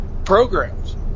Programs